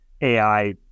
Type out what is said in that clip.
AI